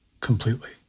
completely